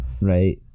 Right